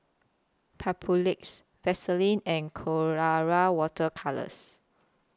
Papulex Vaselin and Colora Water Colours